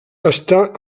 està